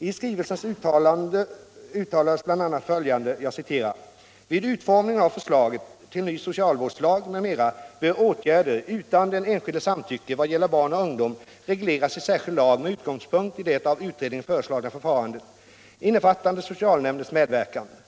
I skrivelsen uttalades bl.a. följande: ”Vid utformningen av förslaget till ny socialvårdslag m.m. bör åtgärder utan den enskildes samtycke vad gäller barn och ungdom regleras i särskild lag med utgångspunkt i det av utredningen föreslagna förfarandet, innefattande socialnämndens medverkan.